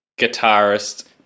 guitarist